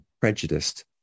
prejudiced